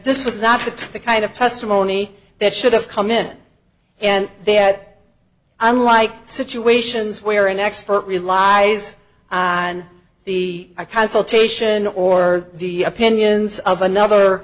this was not the kind of testimony that should have come in and they had unlike situations where an expert relies on the consultation or the opinions of another